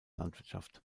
landwirtschaft